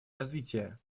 развитие